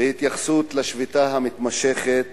בהתייחסות לשביתה המתמשכת